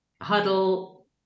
Huddle